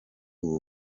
ubu